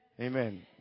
Amen